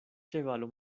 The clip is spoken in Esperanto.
ĉevalo